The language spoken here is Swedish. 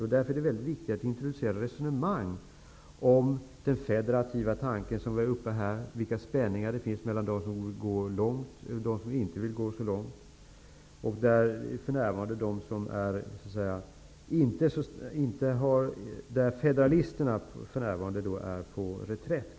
Det är därför mycket viktigt att introducera ett resonemang om den federativa tanken, vilket togs upp här, och vilka spänningar som finns mellan dem som vill gå långt och dem som inte vill gå så långt. För närvarande är federalisterna på reträtt.